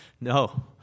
No